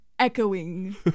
Echoing